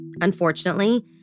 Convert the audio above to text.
Unfortunately